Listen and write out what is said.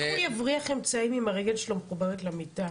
איך הוא יבריח אמצעים אם הרגל שלו מחוברת למיטה?